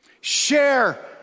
Share